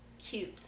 cute